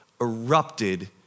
erupted